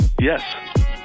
Yes